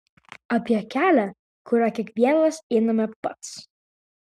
apie kelią kuriuo kiekvienas einame pats